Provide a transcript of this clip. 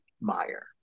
Meyer